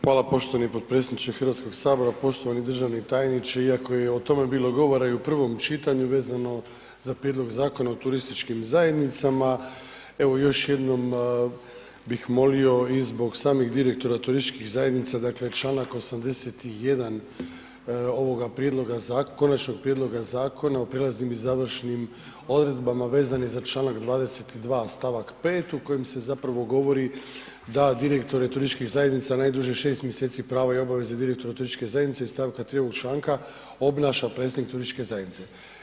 Hvala poštovani potpredsjedniče Hrvatskog sabora, poštovani državni tajniče iako je i o tome bilo govora i u prvom čitanju vezano za Prijedlog Zakona o turističkim zajednicama evo još jednom bih molio i zbog samih direktora turističkih zajednica, dakle Članak 81. ovoga prijedloga, konačnog prijedlog zakona u prijelaznim i završnim odredbama vezan je za Članak 22. stavak 5. u kojem se zapravo govori da direktore turističkih zajednica najduže 6 mjeseci, pravo i obaveze direktora turističke zajednice iz st. 3. ovog članka obnaša predsjednik turističke zajednice.